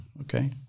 Okay